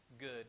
good